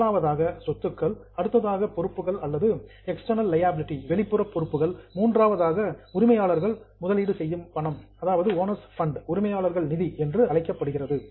முதலாவதாக சொத்துகள் அடுத்ததாக பொறுப்புகள் அதாவது எக்ஸ்ட்டர்ணல் லியாபிலிடி வெளிப்புற பொறுப்புகள் மூன்றாவதாக உரிமையாளர்கள் முதலீடு செய்யும் பணம் அது ஓனர்ஸ் பண்ட் உரிமையாளர்கள் நிதி என்று அழைக்கப்படுகிறது